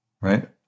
right